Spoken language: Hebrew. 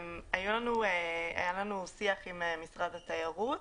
היה לנו שיח עם משרד התיירות.